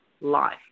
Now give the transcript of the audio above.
life